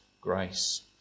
grace